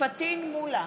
פטין מולא,